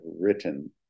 written